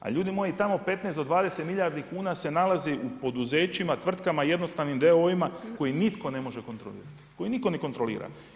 A ljudi moji, tamo 15 do 20 milijardi kuna se nalazi u poduzećima, tvrtkama, jednostavnim d.o.o. koji nitko ne može kontrolirati, kojima nitko ne kontrolira.